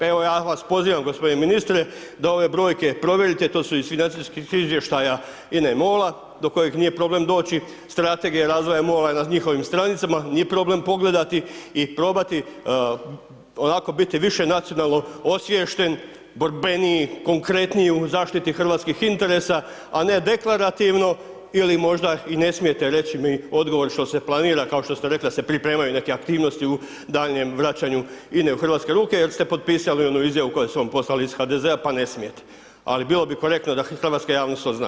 Evo, ja vas pozivam g. ministre da ove brojke provjerite, to su iz financijskih izvještaja INA-e i MOL-a do kojeg nije problem doći, strategija razvoja MOL-a je na njihovim stranicama, nije problem pogledati i probati onako biti više nacionalno osviješten, borbeniji, konkretniji u zaštiti hrvatskih interesa, a ne deklarativno ili možda i ne smijete reći mi odgovor što se planira, kao što ste rekli da se pripremaju neke aktivnosti u daljnjem vraćanju INA-e u hrvatske ruke jer ste potpisali onu izjavu koju su vam poslali iz HDZ-a, pa ne smijete, ali bilo bi korektno da hrvatska javnost to zna.